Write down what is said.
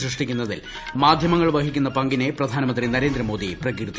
സൃഷ്ടിക്കുന്നതിൽ മാധ്യമങ്ങൾ വഹിക്കുന്ന പങ്കിനെ പ്രധാനമന്ത്രി നരേന്ദ്രമോദി പ്രകീർത്തിച്ചു